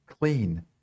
clean